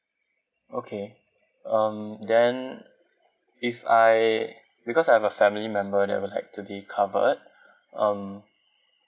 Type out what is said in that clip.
okay um then if I because I have a family member that will like to be covered um